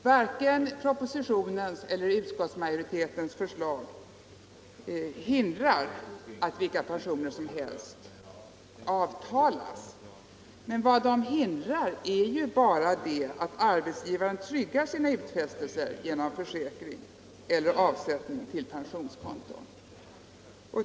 Varken propositionen eller utskottsmajoritetens förslag hindrar att vilka pensioner som helst avtalas, men vad de hindrar är att arbetsgivaren tryggar sina utfästelser genom försäkring eller avsättning till pensionskonton.